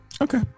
Okay